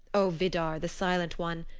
o vidar the silent one,